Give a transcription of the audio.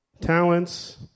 talents